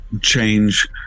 change